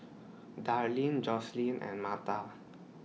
Darleen Joselin and Martha